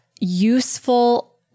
useful